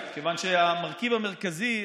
כיוון שהמרכיב המרכזי,